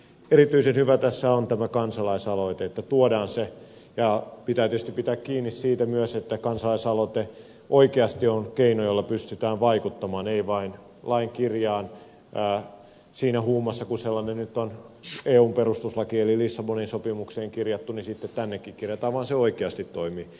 erityisen hyvää tässä on tämä kansalaisaloite että tuodaan se lakiin ja pitää tietysti pitää kiinni myös siitä että kansalaisaloite oikeasti on keino jolla pystytään vaikuttamaan ei vain lain kirjaan siinä huumassa että kun sellainen nyt on eun perustuslakiin eli lissabonin sopimukseen kirjattu niin sitten tännekin kirjataan vaan että se oikeasti toimii